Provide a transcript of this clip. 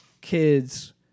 kids